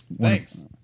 Thanks